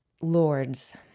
Lords